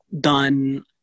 done